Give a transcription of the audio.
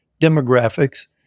demographics